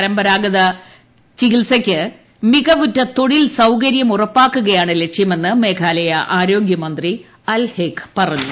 പരമ്പരാഗത ചികിത്സയ്ക്ക് മികവുറ്റ തൊഴിൽ സൌകര്യം ഉറപ്പാക്കുകയാണ് ലക്ഷ്യമെന്ന് മേഘാലയ ആരോഗൃമന്ത്രി അൽഹേക് പറഞ്ഞു